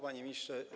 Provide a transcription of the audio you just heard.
Panie Ministrze!